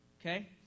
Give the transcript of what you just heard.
Okay